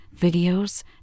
videos